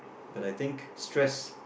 but I think stress